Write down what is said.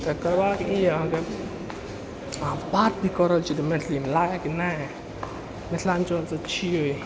करबाके की ई अइ अहाँ बात नहि कऽ रहल छी मैथिलीमे लागै कि नहि मिथिलाञ्चलसँ छिए